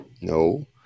No